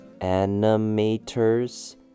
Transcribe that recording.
animators